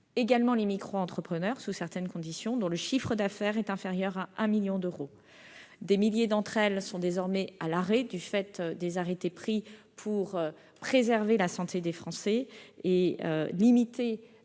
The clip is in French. et les micro-entrepreneurs- sous certaines conditions -dont le chiffre d'affaires est inférieur à 1 million d'euros. Des milliers de ces entreprises sont désormais à l'arrêt du fait des arrêtés pris pour préserver la santé des Français et limiter les contacts